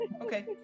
Okay